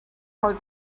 hard